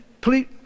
Please